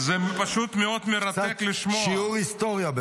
קצת שיעור היסטוריה.